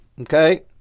okay